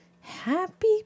Happy